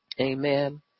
Amen